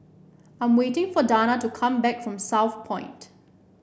I'm waiting for Danna to come back from Southpoint